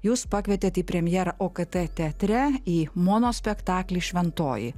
jus pakvietėt į premjerą okt teatre į monospektaklį šventoji